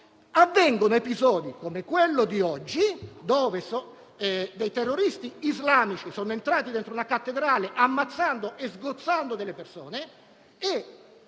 avvengono episodi come quello di oggi, in cui terroristi islamici entrano dentro una cattedrale sgozzando e uccidendo delle persone.